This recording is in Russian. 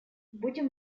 будем